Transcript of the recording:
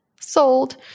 Sold